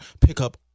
pickup